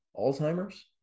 Alzheimer's